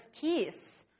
peace